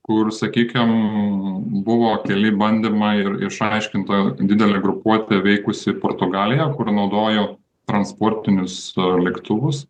kur sakykim buvo keli bandymai ir išaiškinta didelė grupuotė veikusi portugaliją kur naudojo transportinius lėktuvus